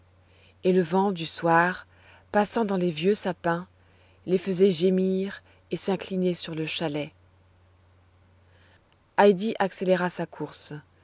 et le vent du soir passant dans les vieux sapins les faisait gémir et s'incliner sur le chalet heidi accéléra sa course